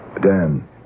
Dan